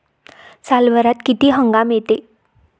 सालभरात किती हंगाम येते?